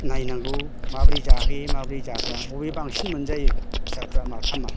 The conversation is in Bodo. नायनांगौ माबोरै जाहोयो माबोरै जाहोया अबे बांसिन मोनजायो फिसाफ्रा माथामा